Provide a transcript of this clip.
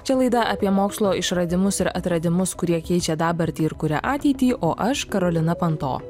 čia laida apie mokslo išradimus ir atradimus kurie keičia dabartį ir kuria ateitį o aš karolina panto